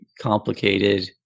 complicated